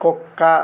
కుక్క